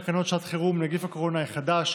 תקנות שעת חירום (נגיף הקורונה החדש,